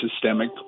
systemic